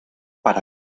para